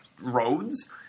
roads